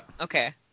Okay